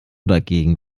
dagegen